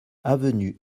avenue